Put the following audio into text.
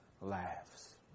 laughs